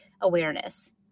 awareness